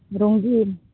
ᱨᱚᱝᱜᱤᱱ